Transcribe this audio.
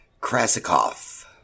Krasikov